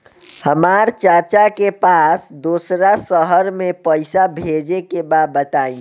हमरा चाचा के पास दोसरा शहर में पईसा भेजे के बा बताई?